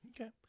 Okay